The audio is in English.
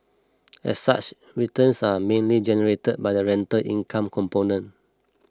as such returns are mainly generated by the rental income component